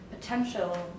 potential